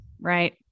right